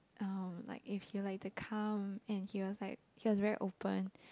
um like if he'll like to come and he was like he was very open